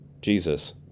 Jesus